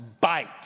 bite